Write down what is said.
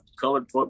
colored